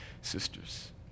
sisters